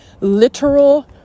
literal